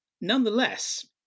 Nonetheless